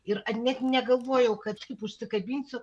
ir net negalvojau kad taip užsikabinsiu